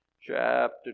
chapter